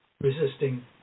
resisting